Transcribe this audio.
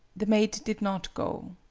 the maid did not go.